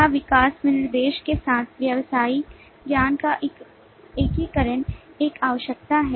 क्या विकास विनिर्देश के साथ व्यावसायिक ज्ञान का एकीकरण एक आवश्यकता है